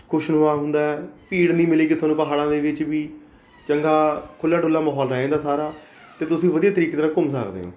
ਖੁਸ਼ਨੁਮਾ ਹੁੰਦਾ ਭੀੜ ਨਹੀਂ ਮਿਲੇਗੀ ਤੁਹਾਨੂੰ ਪਹਾੜਾਂ ਦੇ ਵਿੱਚ ਵੀ ਚੰਗਾ ਖੁੱਲ੍ਹਾ ਡੁੱਲਾ ਮਾਹੌਲ ਰਹੇਗਾ ਸਾਰਾ ਅਤੇ ਤੁਸੀਂ ਵਧੀਆ ਤਰੀਕੇ ਦੇ ਨਾਲ ਘੁੰਮ ਸਕਦੇ ਹੋ